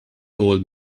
old